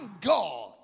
God